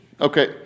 Okay